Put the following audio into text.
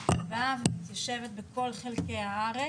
באה ומתיישבת בכל חלקי הארץ,